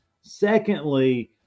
Secondly